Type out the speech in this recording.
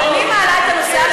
למה לא צריך חוק?